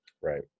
right